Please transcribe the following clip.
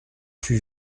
fut